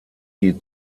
die